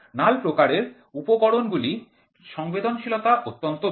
নাল প্রকারের উপকরণগুলির সংবেদনশীলতা অত্যন্ত বেশি